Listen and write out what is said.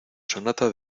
sonata